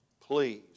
please